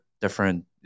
different